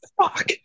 fuck